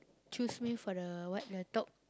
choose me for the what the top